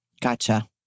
Gotcha